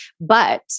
but-